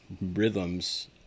rhythms